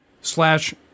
slash